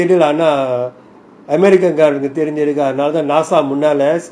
அமெரிக்காகாரனுக்குதெரிஞ்சிருக்குஅதனாலதான்நாசாமுன்னால:america karanuku therinjiruku adhanalathan naasa munnala